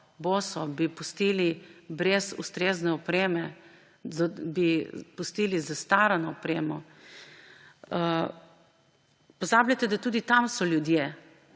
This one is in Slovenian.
jo pustili brez ustrezne opreme? Bi jo pustili z zastarano opremo? Pozabljate, da so tudi tam ljudje.